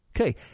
Okay